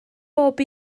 bob